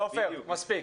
מספיק.